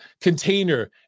container